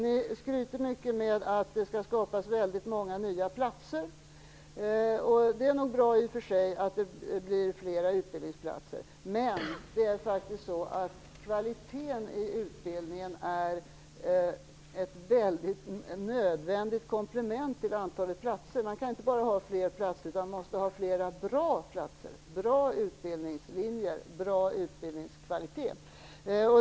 Ni skryter mycket med att det skall skapas väldigt många nya utbildningsplatser, och det är nog i och för sig bra att det blir flera sådana, men det är faktiskt så att kvaliteten i utbildningen är ett väldigt nödvändigt komplement till antalet platser. Man kan inte bara ha fler platser utan måste också ha flera bra platser och goda utbildningslinjer liksom en god utbildningskvalitet.